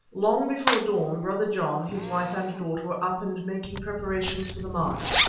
long before dawn brother john, his wife and daughter were up and making preparations for the march,